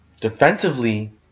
Defensively